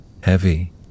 heavy